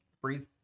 breathe